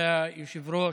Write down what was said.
כבוד היושב-ראש,